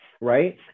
right